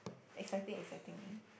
exciting exciting one